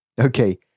Okay